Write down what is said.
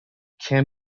can